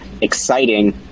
exciting